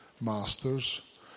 masters